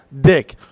dick